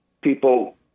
people